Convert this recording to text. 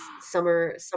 summer